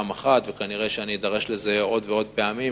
אחת וכנראה אני אדרש לזה עוד ועוד פעמים,